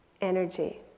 energy